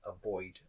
avoid